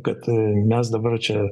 kad mes dabar čia